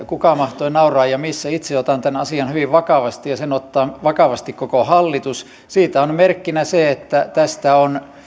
kuka mahtoi nauraa ja missä kun tätä alkuperäistä kysymystä esitettiin itse otan tämän asian hyvin vakavasti ja sen ottaa vakavasti koko hallitus siitä on merkkinä se että tästä on